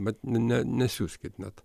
bet ne ne nesiųskit net